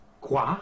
quoi